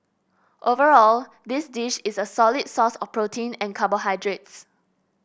overall this dish is a solid source of protein and carbohydrates